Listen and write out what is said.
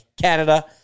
Canada